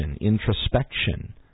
introspection